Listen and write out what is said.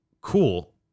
cool